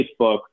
Facebook